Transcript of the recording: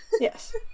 Yes